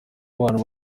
abantu